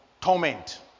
torment